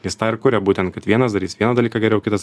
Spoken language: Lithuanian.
jis tą ir kuria būtent kad vienas darys vieną dalyką geriau kitas